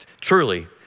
Truly